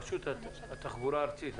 רשות התחבורה הארצית,